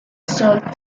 sold